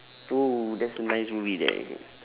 oh that's a nice movie there